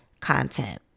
content